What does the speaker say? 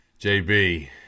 JB